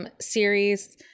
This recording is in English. series